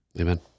Amen